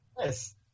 yes